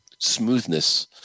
smoothness